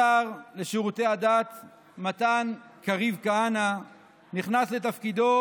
השר לשירותי הדת מתן קריב כהנא נכנס לתפקידו